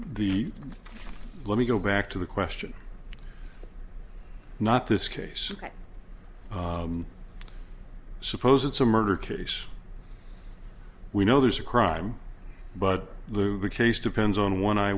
the let me go back to the question not this case i suppose it's a murder case we know there's a crime but lou the case depends on one eye